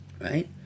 right